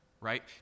right